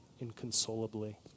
inconsolably